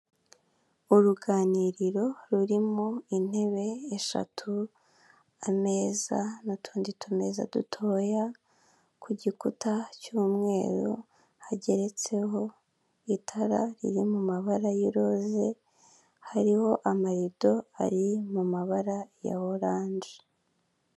Uruganiriro rurimo intebe eshatu, ameza n'utundi tumeza dutoya, ku gikuta cy'umweru hageretseho itara riri mu mabara ya iroze hariho amarido ari mu mabara ya orange.